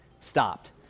stopped